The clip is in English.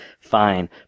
Fine